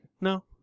No